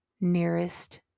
nearest